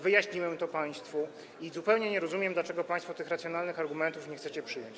Wyjaśniłem to państwu i zupełnie nie rozumiem, dlaczego państwo tych racjonalnych argumentów nie chcecie przyjąć.